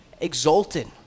exalted